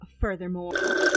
Furthermore